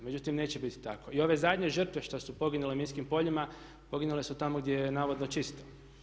Međutim, neće biti tako i ove zadnje žrtve što su poginule u minskim poljima, poginule su tamo gdje je navodno čisto.